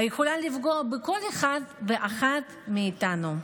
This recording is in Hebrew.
היכולה לפגוע בכל אחד ואחת מאיתנו.